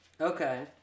Okay